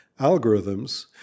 algorithms